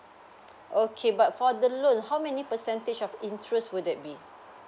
okay but for the loan how many percentage of interest would that be